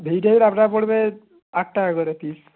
vegetable আপনার পড়বে আট টাকা করে পিস